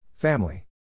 Family